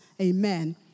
Amen